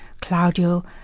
Claudio